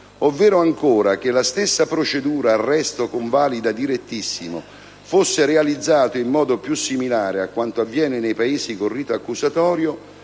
ovvero ancora se la stessa procedura (arresto, convalida, direttissimo) fosse realizzata in modo più similare a quanto avviene nei Paesi con rito accusatorio,